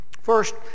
First